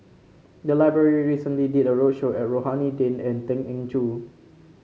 the library recently did a roadshow at Rohani Din and Tan Eng Joo